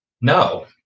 No